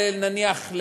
נניח,